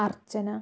അർച്ചന